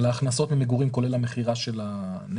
כי המס הוא על ההכנסות ממגורים כולל המכירה של הנכס.